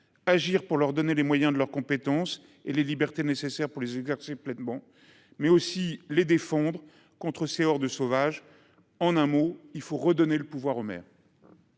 agir pour leur donner les moyens de leurs compétences et les libertés nécessaires pour les exercer pleinement, mais aussi les défendre contre ces hordes sauvages. En un mot, il faut redonner le pouvoir aux maires.